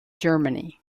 germany